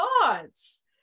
thoughts